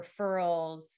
referrals